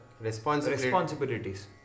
responsibilities